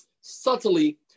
subtly